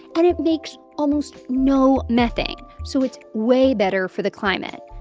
and it makes almost no methane, so it's way better for the climate.